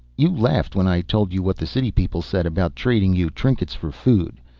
you laughed when i told you what the city people said about trading you trinkets for food.